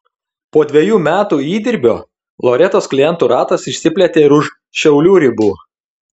po dvejų metų įdirbio loretos klientų ratas išsiplėtė ir už šiaulių ribų